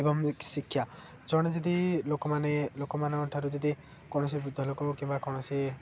ଏବଂ ଶିକ୍ଷା ଜଣେ ଯଦି ଲୋକମାନେ ଲୋକମାନଙ୍କ ଠାରୁ ଯଦି କୌଣସି ବିୃଦ୍ଧ ଲୋକ କିମ୍ବା କୌଣସି